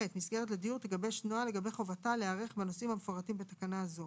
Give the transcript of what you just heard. (ח)מסגרת לדיור תגבש נוהל לגבי חובתה להיערך בנושאים המפורטים בתקנה זו,